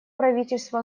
правительство